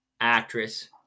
actress